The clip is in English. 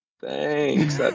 thanks